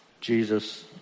Jesus